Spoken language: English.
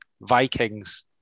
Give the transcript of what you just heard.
Vikings